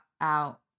out